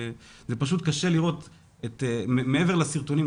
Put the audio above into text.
מעבר לסרטונים,